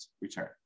return